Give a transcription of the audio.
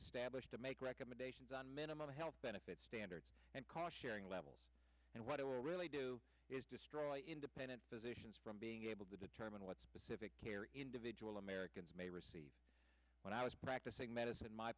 established to make recommendations on minimum health benefits standards and call sharing levels and what it will really do is destroy independent physicians from being able to determine what specific care individual americans may receive when i was practicing medicine my